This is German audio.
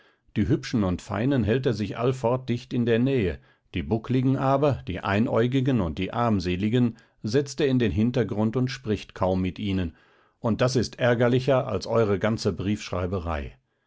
die hübschen und feinen hält er sich allfort dicht in der nähe die buckligen aber die einäugigen und die armseligen setzt er in den hintergrund und spricht kaum mit ihnen und das ist ärgerlicher als eure ganze